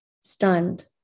stunned